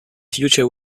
future